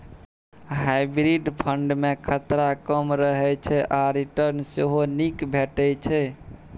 hybrid fund मे खतरा कम रहय छै आ रिटर्न सेहो नीक भेटै छै